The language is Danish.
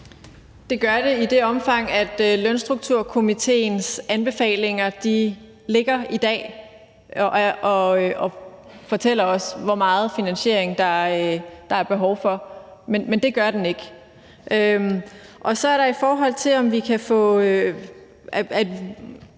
Det gør det i det omfang, at lønstrukturkomitéens anbefalinger ligger der i dag og fortæller os, hvor meget finansiering der er behov for, men det gør de ikke. Og så er der det i forhold til Radikale